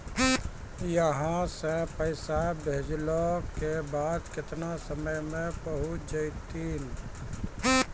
यहां सा पैसा भेजलो के बाद केतना समय मे पहुंच जैतीन?